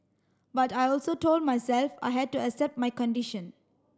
but I also told myself I had to accept my condition